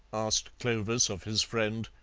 asked clovis of his friend,